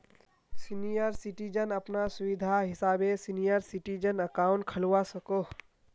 senior citizen अपना सुविधा हिसाबे सीनियर सिटीजन अकाउंट खोलवा सकोह